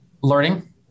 learning